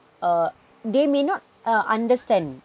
uh they may not uh understand